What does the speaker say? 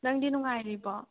ꯅꯪꯗꯤ ꯅꯨꯡꯉꯥꯏꯔꯤꯕꯣ